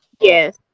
Yes